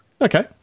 Okay